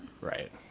Right